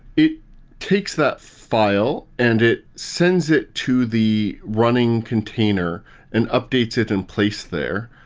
it takes that file and it sends it to the running container and updates it in place there.